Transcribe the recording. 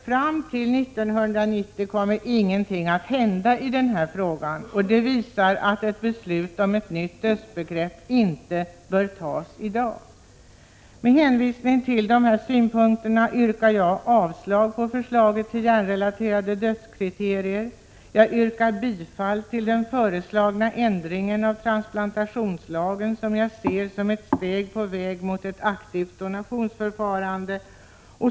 Fram till 1990 skulle alltså ingenting hända i den här frågan. Det visar att beslut om ett nytt dödsbegrepp inte bör tas i dag. Med hänvisning till dessa synpunkter yrkar jag avslag på förslaget till hjärnrelaterade dödskriterier. Jag yrkar bifall till den föreslagna ändringen av transplantationslagen, som jag ser som ett steg på väg mot ett aktivt donationsförfarande.